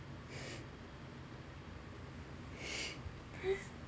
!huh!